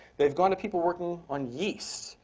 they've gone to people working on yeast,